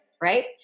right